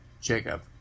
Jacob